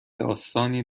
داستانی